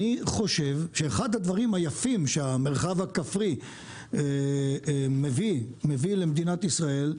אני חושב שאחד הדברים היפים שהמרחב הכפרי מביא למדינת ישראל,